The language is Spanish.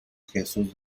jesús